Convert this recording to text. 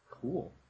cool